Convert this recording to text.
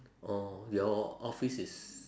orh your office is